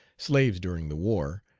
slaves during the war,